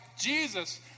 Jesus